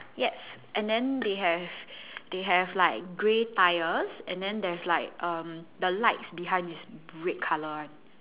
yes and then they have they have like grey tyres and then there's like um the lights behind is red colour [one]